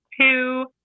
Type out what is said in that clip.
two